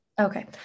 Okay